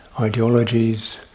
ideologies